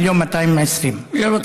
1.22 מיליון.